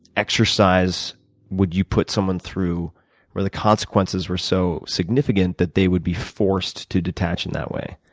exercise would you put someone through where the consequences were so significant that they would be forced to detach in that way?